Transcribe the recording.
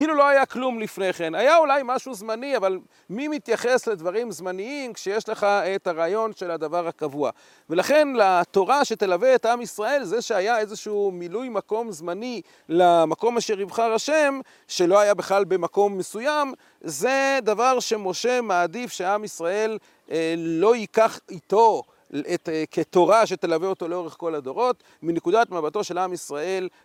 ‫כאילו לא היה כלום לפני כן. ‫היה אולי משהו זמני, ‫אבל מי מתייחס לדברים זמניים ‫כשיש לך את הרעיון של הדבר הקבוע? ‫ולכן לתורה שתלווה את עם ישראל, ‫זה שהיה איזשהו מילוי מקום זמני ‫למקום אשר יבחר השם, ‫שלא היה בכלל במקום מסוים, ‫זה דבר שמשה מעדיף ‫שעם ישראל לא ייקח איתו ‫כתורה שתלווה אותו לאורך כל הדורות, ‫מנקודת מבטו של עם ישראל ‫